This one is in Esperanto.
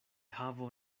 havo